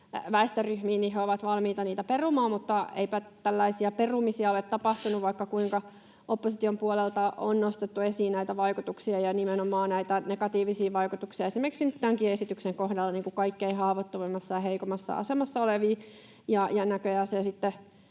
väestöryhmiin, niin he ovat valmiita niitä perumaan. Mutta eipä tällaisia perumisia ole tapahtunut, vaikka kuinka opposition puolelta on nostettu esiin näitä vaikutuksia ja nimenomaan näitä negatiivisia vaikutuksia, esimerkiksi nyt tämänkin esityksen kohdalla, kaikkein haavoittuvimmassa ja heikoimmassa asemassa oleviin. Näköjään sitten